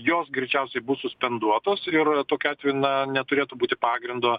jos greičiausiai bus suspenduotos ir tokiu atveju na neturėtų būti pagrindo